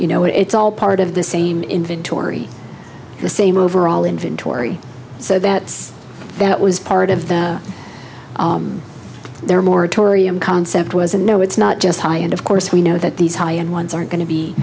you know it's all part of the same inventory the same overall inventory so that's that was part of the their moratorium concept was a no it's not just high end of course we know that these high end ones are going to be